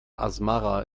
asmara